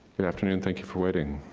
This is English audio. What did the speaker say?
good afternoon, thank you for waiting.